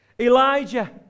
Elijah